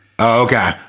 Okay